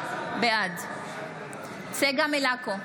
בעד צגה מלקו,